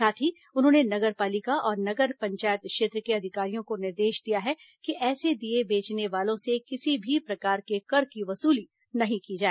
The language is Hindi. साथ ही उन्होंने नगर पालिका और नगर पंचायत क्षेत्र के अधिकारियों को निर्देश दिया है कि ऐसे दीये बेचने वालों से किसी भी प्रकार के कर की वसूली नहीं की जाए